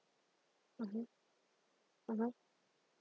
mmhmm mmhmm